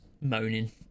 moaning